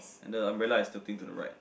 and the umbrella is tilting to the right